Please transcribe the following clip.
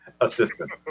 assistant